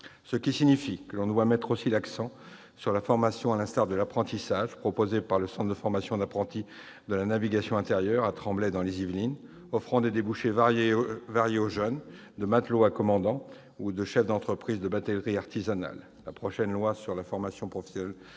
Cela signifie que l'on doit mettre aussi l'accent sur la formation, à l'instar de l'apprentissage proposé par le Centre de formation d'apprentis de la navigation intérieure situé au Tremblay-sur-Mauldre, dans les Yvelines, offrant des débouchés variés aux jeunes : de matelot à commandant ou chef d'entreprise de batellerie artisanale. La prochaine loi sur la formation professionnelle